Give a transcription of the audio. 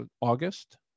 August